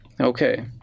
Okay